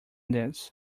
this